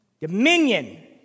Dominion